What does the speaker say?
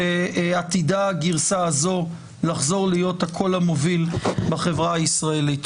שעתידה הגרסה הזו לחזור להיות הקול המוביל בחברה הישראלית.